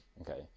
Okay